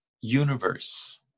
universe